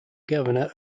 governor